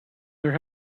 there